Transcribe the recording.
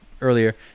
earlier